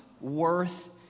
worth